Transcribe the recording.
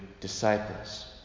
disciples